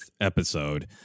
episode